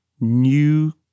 new